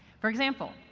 for example,